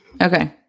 Okay